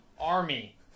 Army